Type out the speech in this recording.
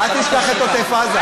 אצלי הכול רשום.